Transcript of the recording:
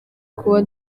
kuba